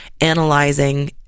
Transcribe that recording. analyzing